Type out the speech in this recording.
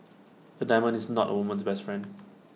A diamond is not A woman's best friend